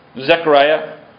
Zechariah